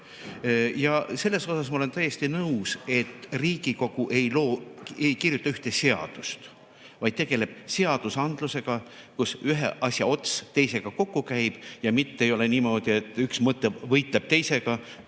Ja sellega ma olen täiesti nõus, et Riigikogu ei loo, ei kirjuta ühte seadust, vaid tegeleb seadusandlusega, kus ühe asja ots teisega kokku käib, mitte ei ole niimoodi, et üks mõte võitleb teisega